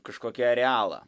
kažkokį arealą